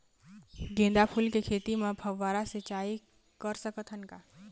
गेंदा फूल के खेती म फव्वारा सिचाई कर सकत हन का?